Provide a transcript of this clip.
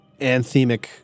anthemic